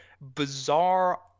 bizarre